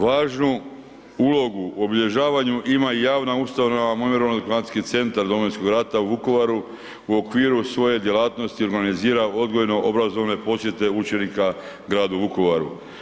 Važnu ulogu u obilježavanju ima i javna ustanova Memorijalno-dokumentacijski centar Domovinskog rata u Vukovaru u okviru svoje djelatnosti organizira odgojno obrazovne posjete učenika gradu Vukovaru.